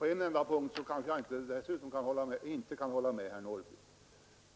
ytterligare punkt kan jag inte hålla med herr Norrby.